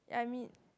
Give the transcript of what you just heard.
I mean